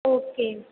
okay